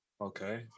Okay